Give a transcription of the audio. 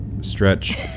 stretch